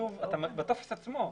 בטופס עצמו,